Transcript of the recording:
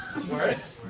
worse?